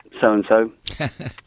so-and-so